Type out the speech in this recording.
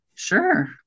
Sure